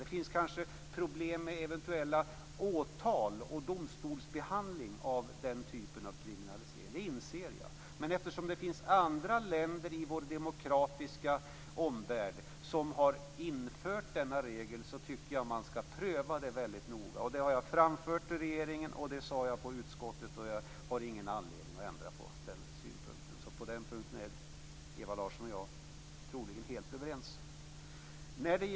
Det finns kanske problem med eventuella åtal och domstolsbehandling i samband med den typen av kriminalisering. Men eftersom det finns andra länder i vår demokratiska omvärld som har infört en sådan regel tycker jag att man skall pröva det noga. Det har jag framfört till regeringen. Det sade jag i utskottet. Jag har ingen anledning att ändra på det.